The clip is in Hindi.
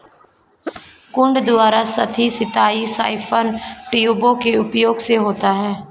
कुंड द्वारा सतही सिंचाई साइफन ट्यूबों के उपयोग से होता है